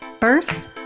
First